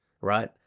Right